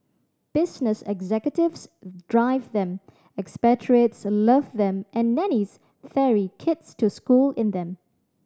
business executives drive them expatriates love them and nannies ferry kids to school in them